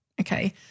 Okay